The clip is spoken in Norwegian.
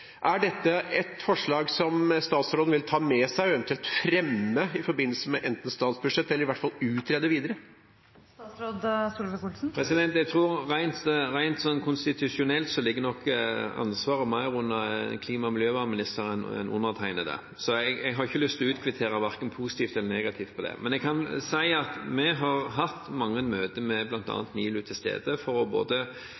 målt. Dette ville være veldig viktig forskning, også for å gjøre tiltak. Er dette et forslag som statsråden vil ta med seg og eventuelt fremme i forbindelse med arbeidet med statsbudsjettet – eller i hvert fall utrede videre? Rent konstitusjonelt ligger nok ansvaret for dette mer under klima- og miljøministeren enn undertegnede. Jeg har ikke lyst til å kvittere ut verken positivt eller negativ på det. Men vi har hatt mange møter